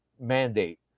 mandate